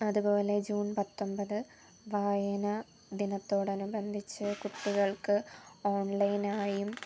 അതുപോലെ ജൂൺ പത്തൊൻപത് വായനാ ദിനത്തോടനുബന്ധിച്ച് കുട്ടികൾക്ക് ഓൺലൈനായും